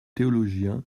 théologiens